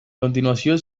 continuació